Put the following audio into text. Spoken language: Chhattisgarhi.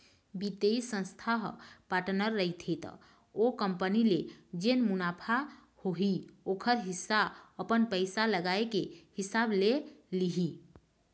बित्तीय संस्था ह पार्टनर रहिथे त ओ कंपनी ले जेन मुनाफा होही ओखर हिस्सा अपन पइसा लगाए के हिसाब ले लिही